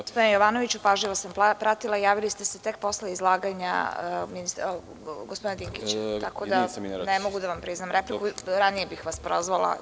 Gospodine Jovanoviću, pažljivo sam pratila, javili ste se tek posle izlaganja gospodina Dinkića, tako da ne mogu da vam priznam repliku, ranije bih vas prozvala.